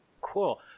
Cool